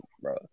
bro